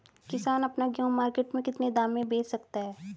किसान अपना गेहूँ मार्केट में कितने दाम में बेच सकता है?